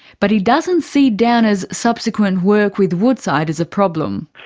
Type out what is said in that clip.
but he doesn't see downer's subsequent work with woodside as a problem.